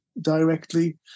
directly